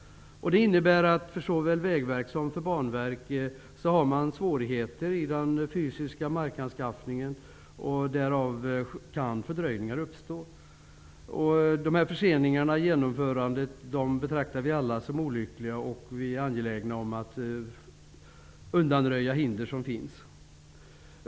Detta innebär att såväl Vägverk som Banverk har svårigheter med den fysiska markanskaffningen, och därav kan fördröjningar uppstå. Dessa förseningar i genomförandet betraktar vi alla som olyckliga, och vi är angelägna att undanröja de hinder som finns.